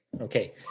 okay